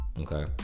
Okay